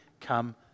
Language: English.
come